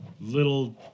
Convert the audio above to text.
little